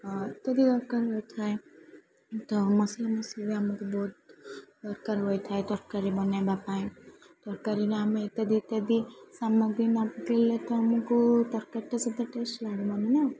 ଇତ୍ୟାଦି ଦରକାର ହୋଇଥାଏ ତ ମସ୍ଲାମସ୍ଲିରେ ଆମକୁ ବହୁତ ଦରକାର ହୋଇଥାଏ ତରକାରୀ ବନେଇବା ପାଇଁ ତରକାରୀରେ ଆମେ ଇତ୍ୟାଦି ଇତ୍ୟାଦି ସାମଗ୍ରୀ ନ ପକେଇଲେ ତ ଆମକୁ ତରକାରୀଟା ସେତେ ଟେଷ୍ଟ୍ ଲାଗିବନି ନା